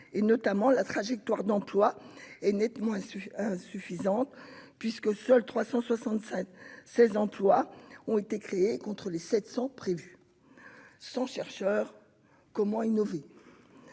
pas. La trajectoire d'emplois est nettement inférieure, puisque seuls 376 emplois ont été créés contre les 700 prévus. Sans chercheurs, comment innover ?